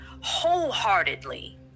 wholeheartedly